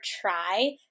try